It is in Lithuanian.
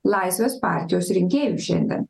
laisvės partijos rinkėjų šiandien